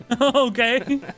Okay